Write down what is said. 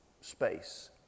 space